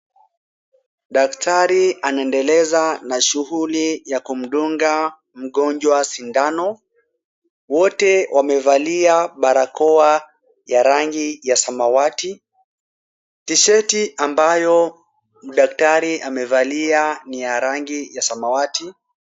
Daktari anaendeleza na shughuli ya kumdunga mgonjwa sindano. Wote wamevalia barakoa ya rangi ya samawati. T-sheti ambayo daktari amevalia ni ya rangi ya samawati.